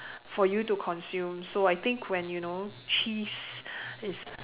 for you to consume so I think when you know cheese is